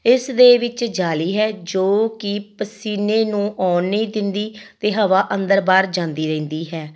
ਇਸ ਦੇ ਵਿੱਚ ਜਾਲੀ ਹੈ ਜੋ ਕਿ ਪਸੀਨੇ ਨੂੰ ਆਉਣ ਨਹੀਂ ਦਿੰਦੀ ਅਤੇ ਹਵਾ ਅੰਦਰ ਬਾਹਰ ਜਾਂਦੀ ਰਹਿੰਦੀ ਹੈ